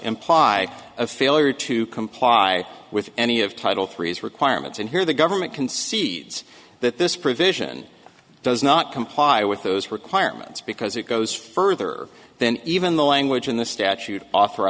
imply a failure to comply with any of title three as requirements and here the government concedes that this provision does not comply with those requirements because it goes further than even the language in the statute